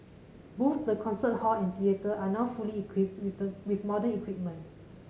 both the concert hall and theatre are now fully equipped with the with modern equipment